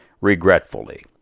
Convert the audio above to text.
regretfully